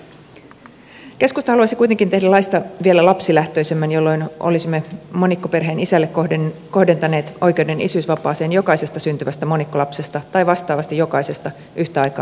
keskusta haluaisi kuitenkin tehdä laista vielä lapsilähtöisemmän jolloin olisimme monikkoperheen isälle kohdentaneet oikeuden isyysvapaaseen jokaisesta syntyvästä monikkolapsesta tai vastaavasti jokaisesta yhtäaikaa adoptoitavasta lapsesta